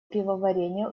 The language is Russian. пивоварения